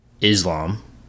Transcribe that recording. Islam